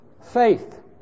faith